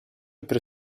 per